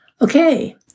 Okay